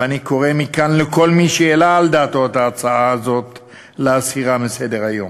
ואני קורא מכאן לכל מי שהעלה על דעתו את ההצעה הזאת להסירה מסדר-היום.